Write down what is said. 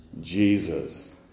Jesus